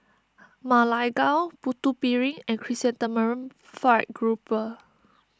Ma Lai Gao Putu Piring and Chrysanthemum Fried Grouper